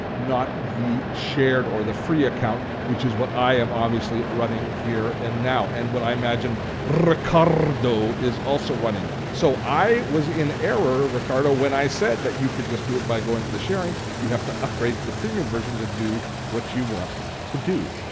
not the shared or the free account which is what i am obviously running here and now and what i imagine ricardo is also running. so i was in error, ricardo, when i said that you could just do it by going to the sharing. you have to upgrade to the premium version to do what you want to do.